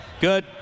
Good